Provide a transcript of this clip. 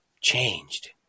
changed